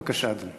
בבקשה, אדוני.